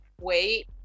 wait